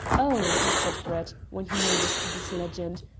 oh, said brett, when he noticed this legend,